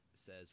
says